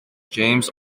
james